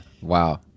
Wow